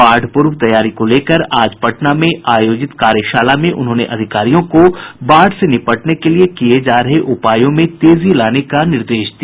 बाढ़ पूर्व तैयारी को लेकर आज पटना में आयोजित कार्यशाला में उन्होंने अधिकारियों को बाढ़ से निपटने के लिए किये जा रहे उपायों में तेजी लाने का निर्देश दिया